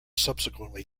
subsequently